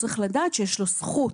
הוא צריך לדעת שיש לו זכות.